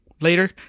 later